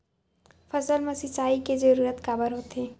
फसल मा सिंचाई के जरूरत काबर होथे?